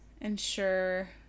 ensure